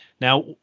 Now